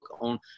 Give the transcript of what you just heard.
on